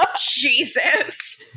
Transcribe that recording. Jesus